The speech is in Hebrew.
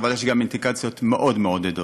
אבל יש גם אינדיקציות מאוד מעודדות.